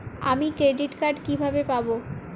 আমি credit card কিভাবে পাবো?